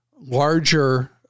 larger